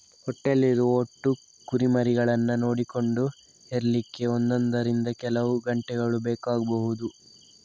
ಹೊಟ್ಟೆಯಲ್ಲಿ ಇರುವ ಒಟ್ಟು ಕುರಿಮರಿಗಳನ್ನ ನೋಡಿಕೊಂಡು ಹೆರ್ಲಿಕ್ಕೆ ಒಂದರಿಂದ ಕೆಲವು ಗಂಟೆಗಳು ಬೇಕಾಗ್ಬಹುದು